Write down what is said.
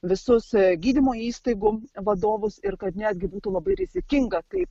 visus gydymo įstaigų vadovus ir kad netgi būtų labai rizikinga taip